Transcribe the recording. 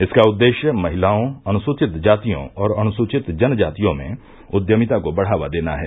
इसका उद्देश्य महिलाओं अनुसूचित जातियों और अनुसूचित जनजातियों में उद्यमिता को बढ़ावा देना है